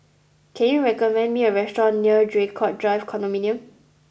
can you recommend me a restaurant near Draycott Drive Condominium